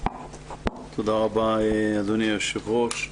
תודה רבה, אדוני היושב-ראש.